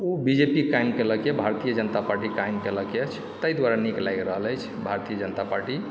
ओ BJP कायम केलकए Bharatiya Janata Party कायम केलक अछि तहि दुआरे नीक लागि रहल अछि भारतीय जनता पार्टी